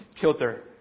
kilter